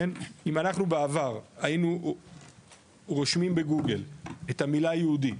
אם אנחנו בעבר היינו רושמים בגוגל את המילה יהודי,